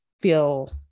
feel